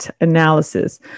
analysis